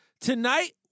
Tonight